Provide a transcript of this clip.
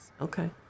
Okay